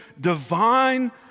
divine